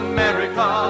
America